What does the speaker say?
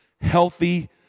healthy